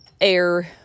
air